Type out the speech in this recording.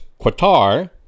Qatar